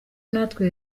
natwe